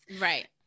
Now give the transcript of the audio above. Right